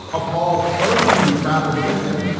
appalled clergy who traveled with him.